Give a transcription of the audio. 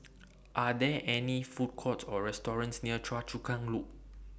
Are There any Food Courts Or restaurants near Choa Chu Kang Loop